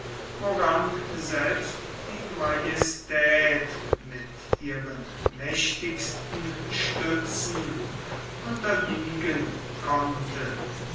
woran selbst die majestät mit ihren mächtigsten stützen unterliegen konnte